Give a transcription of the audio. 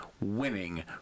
winning